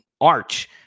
Arch